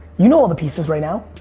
you know all the pieces right now,